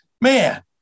man